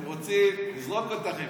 הם רוצים לזרוק אותך מפה.